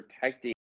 protecting